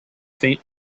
faint